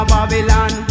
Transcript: Babylon